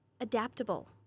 adaptable